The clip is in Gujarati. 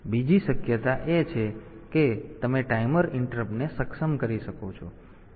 બીજી શક્યતા એ છે કે તમે ટાઈમર ઈન્ટરપ્ટને સક્ષમ કરી શકો છો